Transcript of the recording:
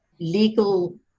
legal